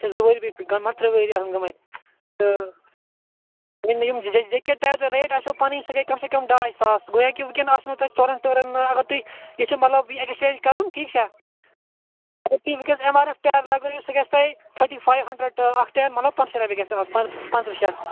اَچھا زٕ ؤری پٮ۪ٹھۍ پٮ۪ٹھۍ گٔمٕتۍ مٲن ترٛےٚ ؤری آسَن گٲمٕتۍ تہٕ یِم یِم جے کے ٹایَر ریٹ آسٮ۪و پَنٕنۍ سُہ گٔے کم سے کم ڈاے ساس گویا کہِ وُنکٮ۪ن آسنَو تۄہہِ ژورَن ٹٲرَن اگر تُہۍ ییٚژھِو مَطلَب ایٚکسچینٛج کَرُن ٹھیٖک چھا اگر تُہۍ وُنکٮ۪س ایٚم آر ایٚف ٹایَر لَگایِو سُہ گَژھِ تۄہہِ تھٲرٹی فایو ہَنٛڈرَنٛڈ اکھ ٹایر مَطلَب پانٛژ ترٕٛہ شتھ رۄپیہِ گَژھِ سُہ پانٛژ ترٕٛہ شتھ